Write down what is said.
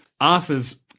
Arthur's